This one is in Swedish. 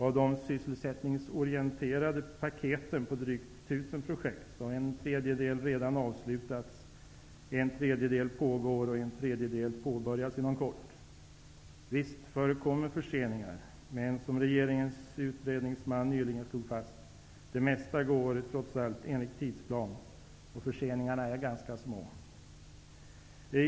Av de sysselsättningsorienterade paketen på drygt ett tusen projekt har en tredjedel redan avslutats, en tredjedel pågår och en tredjedel påbörjas inom kort. Visst förekommer förseningar, men som regeringens utredningsman nyligen slog fast: Det mesta går trots allt enligt tidsplan, och förseningarna är ganska små.